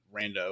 rando